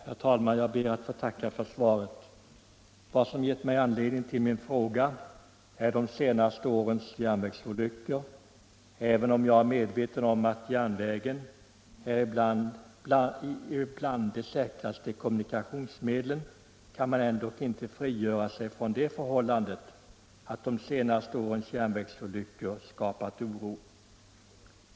Herr talman! Jag ber att få tacka för kommunikationsministerns svar på min fråga. Vad som föranlett denna är de senaste årens järnvägsolyckor. Jag är medveten om att järnvägen är bland de säkraste kommunikationsmedlen. Jag har emellertid det intrycket att de senaste årens järnvägsolyckor skapat oro.